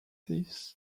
this